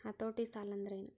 ಹತೋಟಿ ಸಾಲಾಂದ್ರೆನ್?